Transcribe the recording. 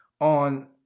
on